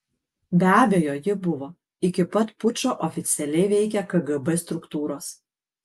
be abejo ji buvo iki pat pučo oficialiai veikė kgb struktūros